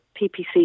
PPC